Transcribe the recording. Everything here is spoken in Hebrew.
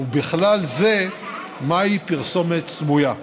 ובכלל זה מהי פרסומה סמויה.